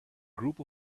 group